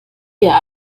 wir